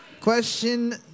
Question